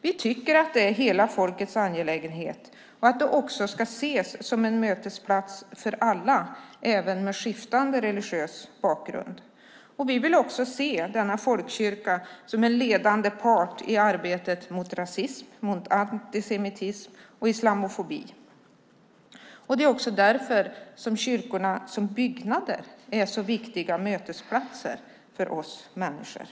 Vi tycker att det är hela folkets angelägenhet och att den också ska ses som en mötesplats för alla, även för dem med skiftande religiös bakgrund. Vi vill se denna folkkyrka som en ledande part i arbetet mot rasism, antisemitism och islamofobi. Det är därför som kyrkorna som byggnader är så viktiga mötesplatser för oss människor.